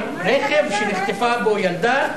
הוא אמר: רכב שנחטפה בו ילדה,